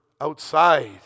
outside